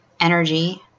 energy